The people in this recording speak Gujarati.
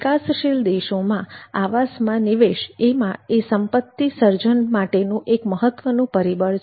વિકાસશીલ દેશોમાં આવાસમાં નિવેશ એ માટે સંપત્તિ સર્જનનું એક મહત્ત્વનું પરિબળ છે